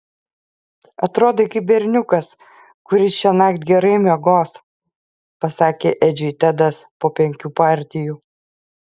atrodai kaip berniukas kuris šiąnakt gerai miegos pasakė edžiui tedas po penkių partijų